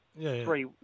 three